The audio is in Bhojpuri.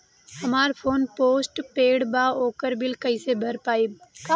हमार फोन पोस्ट पेंड़ बा ओकर बिल कईसे भर पाएम?